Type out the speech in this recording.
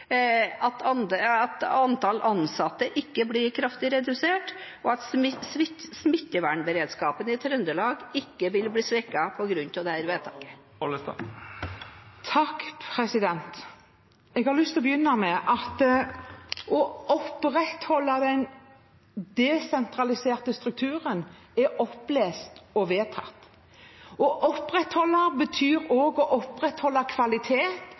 ikke svekkes, at antall ansatte ikke blir kraftig redusert, og at smittevernberedskapen i Trøndelag ikke vil bli svekket på grunn av dette vedtaket? Jeg har lyst til å begynne med at det å opprettholde den desentraliserte strukturen er opplest og vedtatt. Å opprettholde betyr også å opprettholde kvalitet